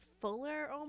fuller